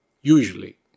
usually